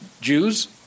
Jews